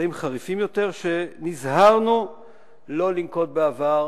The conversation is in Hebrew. שנזהרנו לא לנקוט בעבר.